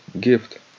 gift